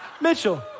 Mitchell